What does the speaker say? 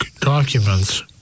documents